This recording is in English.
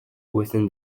within